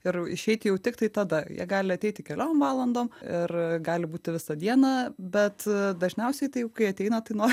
ir išeiti jau tiktai tada jie gali ateiti keliom valandom ir gali būti visą dieną bet dažniausiai tai jau kai ateina tai no